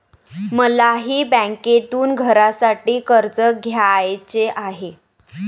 मलाही बँकेतून घरासाठी कर्ज घ्यायचे आहे